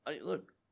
look